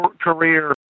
career